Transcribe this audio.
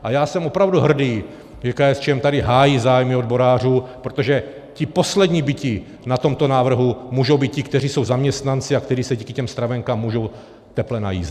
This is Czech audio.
A já jsem opravdu hrdý, že KSČM tady hájí zájmy odborářů, protože ti poslední bití na tomto návrhu můžou být ti, kteří jsou zaměstnanci a kteří se díky těm stravenkám můžou teple najíst.